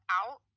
out